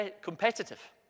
competitive